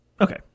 Okay